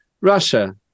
Russia